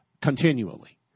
continually